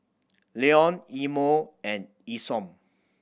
Leon Imo and Isom